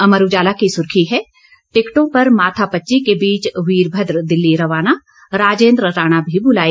अमर उजाला की सुर्खी है टिकटों पर माथापच्ची के बीच वीरभद्र दिल्ली रवाना राजेंद्र राणा भी बुलाए